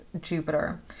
Jupiter